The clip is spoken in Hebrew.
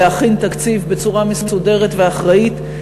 להכין תקציב בצורה מסודרת ואחראית,